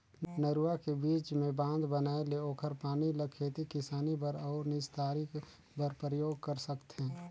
नरूवा के बीच मे बांध बनाये ले ओखर पानी ल खेती किसानी बर अउ निस्तारी बर परयोग कर सकथें